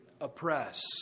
oppress